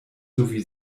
sowie